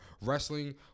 wrestling